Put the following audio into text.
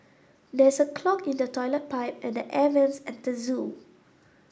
there is a clog in the toilet pipe and the air vents at the zoo